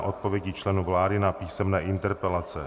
Odpovědi členů vlády na písemné interpelace